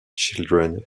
children